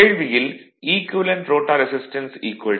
கேள்வியில் equivalent rotor resistance 0